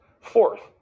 Fourth